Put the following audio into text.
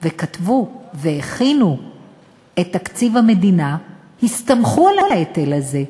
וכתבו והכינו את תקציב המדינה הסתמכו על ההיטל הזה.